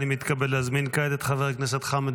אני מתכבד להזמין כעת את חבר הכנסת חמד